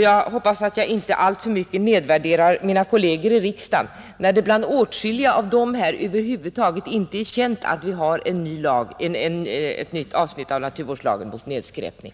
Jag hoppas att jag inte alltför mycket nedvärderar mina kolleger i riksdagen, om jag nämner att det bland åtskilliga av dem över huvud taget inte är känt att vi har ett nytt avsnitt i naturvårdslagen som förbjuder nedskräpning.